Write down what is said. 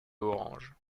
orange